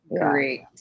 Great